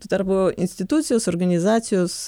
tuo tarpu institucijos organizacijos